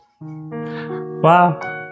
Wow